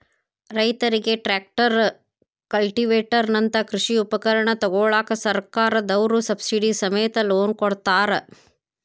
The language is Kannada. ರೈತರಿಗೆ ಟ್ರ್ಯಾಕ್ಟರ್, ಕಲ್ಟಿವೆಟರ್ ನಂತ ಕೃಷಿ ಉಪಕರಣ ತೊಗೋಳಾಕ ಸರ್ಕಾರದವ್ರು ಸಬ್ಸಿಡಿ ಸಮೇತ ಲೋನ್ ಕೊಡ್ತಾರ